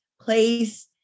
place